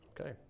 Okay